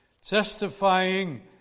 testifying